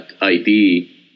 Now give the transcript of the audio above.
ID